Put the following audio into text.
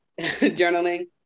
journaling